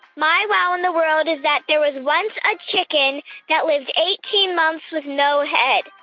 my wow in the world is that there was once a chicken that lived eighteen months with no head.